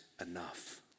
enough